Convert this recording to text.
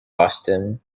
austin